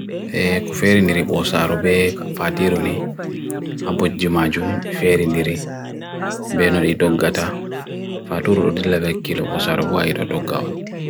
eku feirin niri bosarube fatirunni aboji majum feirin niri beno ni doggata faturudilabak kilo bosarubu hairu doggawaan